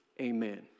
amen